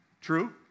True